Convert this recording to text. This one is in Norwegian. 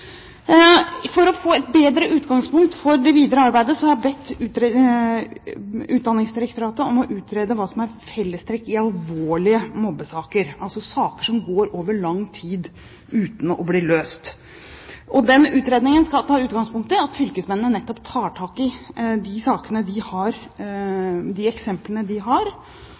For å få et bedre utgangspunkt for det videre arbeidet har jeg bedt Utdanningsdirektoratet om å utrede hva som er fellestrekk i alvorlige mobbesaker, altså saker som går over lang tid uten å bli løst. Den utredningen skal ta utgangspunkt i at fylkesmennene nettopp tar tak i de eksemplene de har,